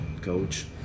coach